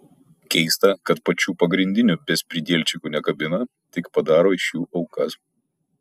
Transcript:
keista kad pačių pagrindinių bezpridielčikų nekabina tik padaro iš jų aukas